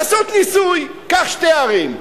לעשות ניסוי: קח שתי ערים.